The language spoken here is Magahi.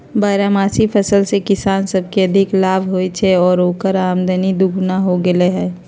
बारहमासी फसल से किसान सब के अधिक लाभ होई छई आउर ओकर आमद दोगुनी हो गेलई ह